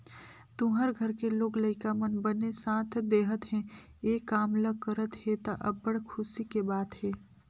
तुँहर घर के लोग लइका मन बने साथ देहत हे, ए काम ल करत हे त, अब्बड़ खुसी के बात हे